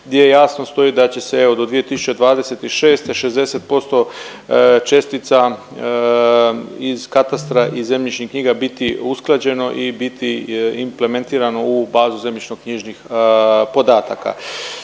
gdje jasno stoji da će se evo do 2026. 60% čestica iz katastra i zemljišnih knjiga biti usklađeno i biti implementirano u bazu zemljišno knjižnih podataka.